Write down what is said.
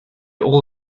all